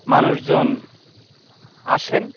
মানুষজন আসেন